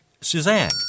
Suzanne